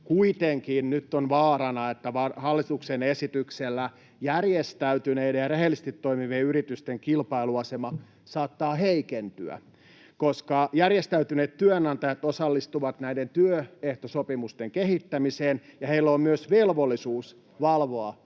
Kuitenkin nyt on vaarana, että hallituksen esityksellä järjestäytyneiden ja rehellisesti toimivien yritysten kilpailuasema saattaa heikentyä, koska järjestäytyneet työnantajat osallistuvat näiden työehtosopimusten kehittämiseen ja heillä on myös velvollisuus valvoa